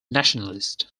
nationalist